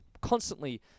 constantly